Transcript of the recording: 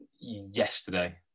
yesterday